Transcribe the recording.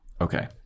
Okay